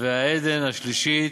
והאדן השלישי,